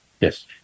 Yes